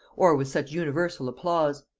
or with such universal applause.